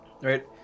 right